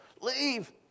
leave